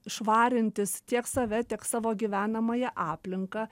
švarintis tiek save tiek savo gyvenamąją aplinką